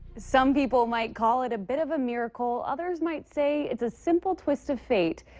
some people might call it a bit of a miracle. others might say it's a simple twist of fate.